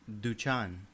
Duchan